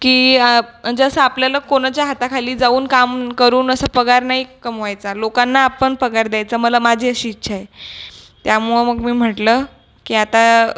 की आप् म्हणजे असं आपल्याला कोणाच्या हाताखाली जाऊन काम करून असं पगार नाही कमवायचा लोकांना आपण पगार द्यायचा मला माझी अशी इच्छा आहे त्यामुळं मग मी म्हटलं की आता